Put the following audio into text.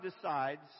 decides